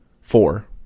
four